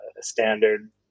standard